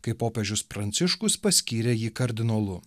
kai popiežius pranciškus paskyrė jį kardinolu